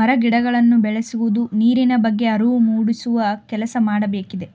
ಮರ ಗಿಡಗಳನ್ನು ಬೆಳೆಸುವುದು, ನೀರಿನ ಬಗ್ಗೆ ಅರಿವು ಮೂಡಿಸುವ ಕೆಲಸ ಮಾಡಬೇಕಿದೆ